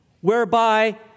whereby